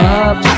up